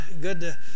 good